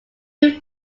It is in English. moved